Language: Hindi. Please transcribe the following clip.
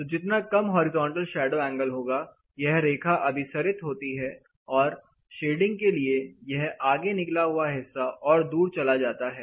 तो जितना कम हॉरिजॉन्टल शैडो एंगल होगा यह रेखा अभिसरित होती है और शेडिंग के लिए यह आगे निकला हुआ हिस्सा और दूर चला जाता है